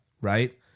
Right